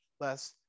less